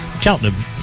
Cheltenham